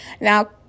Now